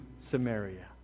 Samaria